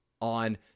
on